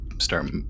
start